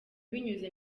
binyuze